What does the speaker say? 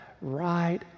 right